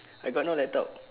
I got no laptop